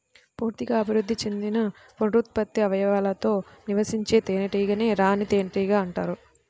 పూర్తిగా అభివృద్ధి చెందిన పునరుత్పత్తి అవయవాలతో నివసించే తేనెటీగనే రాణి తేనెటీగ అంటారు